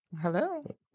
Hello